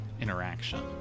interaction